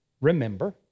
remember